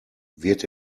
wird